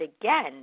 again